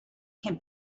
can